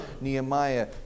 Nehemiah